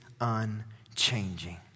unchanging